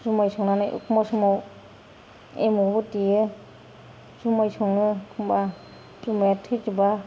जुमाय संनानै एखमब्ला समाव एमावबो देयो जुमाय सङो एखमब्ला जुमाया थोजोबा